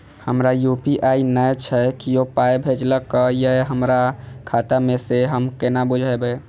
हमरा यू.पी.आई नय छै कियो पाय भेजलक यै हमरा खाता मे से हम केना बुझबै?